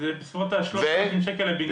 ואתה לא יכול --- זה בסביבות ה-3,000 שקל לבניין.